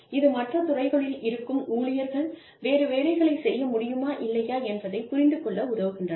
இது மற்ற துறைகளில் இருக்கும் ஊழியர்கள் வேறு வேலைகளை செய்ய முடியுமா இல்லையா என்பதைப் புரிந்துகொள்ள உதவுகின்றன